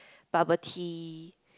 bubble tea